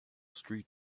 street